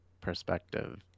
perspective